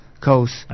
coast